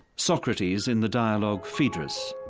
socrates in the dialogue phaedrus'natasha